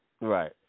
Right